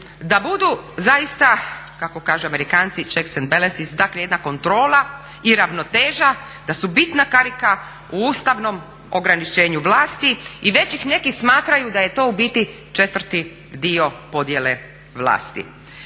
da budu zaista kako kažu amerikanci … dakle jedna kontrola i ravnoteža da su bitna karika u ustavnom ograničenju vlasti i već ih neki smatraju da je to u biti četvrti dio podjele vlasti.